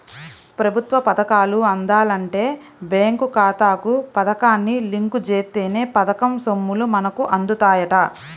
ప్రభుత్వ పథకాలు అందాలంటే బేంకు ఖాతాకు పథకాన్ని లింకు జేత్తేనే పథకం సొమ్ములు మనకు అందుతాయంట